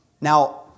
Now